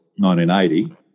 1980